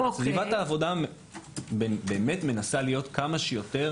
סביבת העבודה באמת מנסה להיות כמה שיותר